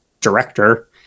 director